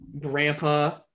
Grandpa